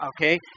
okay